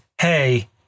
hey